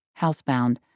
Housebound